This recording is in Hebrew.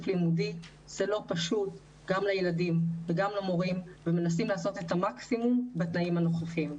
לימודי ומנסים לעשות את המקסימות בתנאים הנוכחיים.